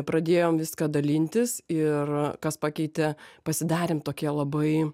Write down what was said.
pradėjom viską dalintis ir kas pakeitė pasidarėm tokie labai